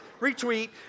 retweet